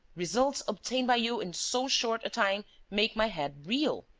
results obtained by you in so short a time make my head reel.